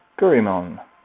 Gurimon